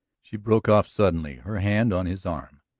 she broke off suddenly, her hand on his arm.